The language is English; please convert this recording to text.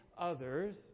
others